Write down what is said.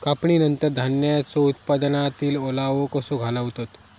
कापणीनंतर धान्यांचो उत्पादनातील ओलावो कसो घालवतत?